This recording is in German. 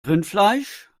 rindfleisch